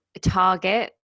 target